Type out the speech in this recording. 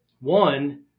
one